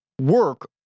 work